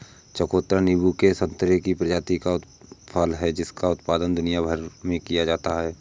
चकोतरा नींबू और संतरे की प्रजाति का फल है जिसका उत्पादन दुनिया भर में किया जाता है